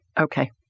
Okay